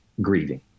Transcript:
grieving